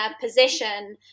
position